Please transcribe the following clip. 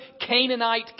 Canaanite